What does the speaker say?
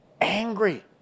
angry